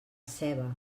ceba